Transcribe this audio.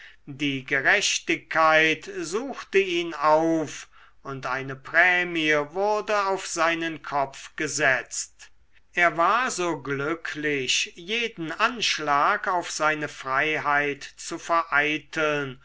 die gerechtigkeit suchte ihn auf und eine prämie wurde auf seinen kopf gesetzt er war so glücklich jeden anschlag auf seine freiheit zu vereiteln